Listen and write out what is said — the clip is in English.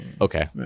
Okay